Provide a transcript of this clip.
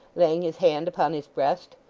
laying his hand upon his breast,